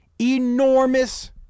enormous